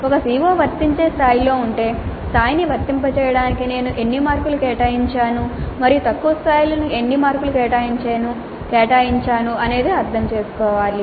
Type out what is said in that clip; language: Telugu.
ఒక CO వర్తించే స్థాయిలో ఉంటే స్థాయిని వర్తింపచేయడానికి నేను ఎన్ని మార్కులు కేటాయించాను మరియు తక్కువ స్థాయిలకు ఎన్ని మార్కులు కేటాయించాను అనేది అర్థం చేసుకోవాలి